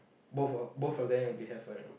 both of both of them will be have a